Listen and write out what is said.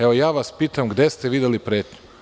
Evo, ja vas pitam – gde ste videli pretnju?